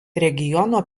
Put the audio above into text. regiono